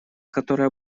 которая